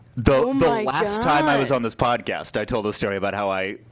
the last time i was on this podcast, i told a story about how i.